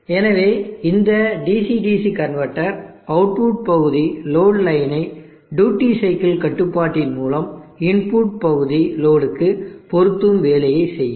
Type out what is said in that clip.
எனவே இந்த DC DC converter output பகுதி லோடு லைனை டியூட்டி சைக்கிள் கட்டுப்பாட்டின் மூலம் இன்புட் பகுதி லோடுக்கு பொறுத்தும் வேலையைச் செய்யும்